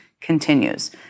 continues